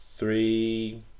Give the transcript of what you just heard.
three